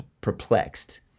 perplexed